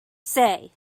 say